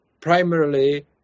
primarily